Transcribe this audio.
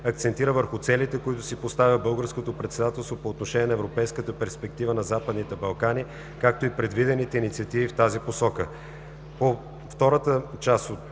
акцентира върху целите, които си поставя Българското председателство по отношение на европейската перспектива на Западните Балкани, както и предвидените инициативи в тази посока.